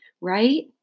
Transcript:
right